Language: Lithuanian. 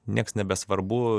nieks nebesvarbu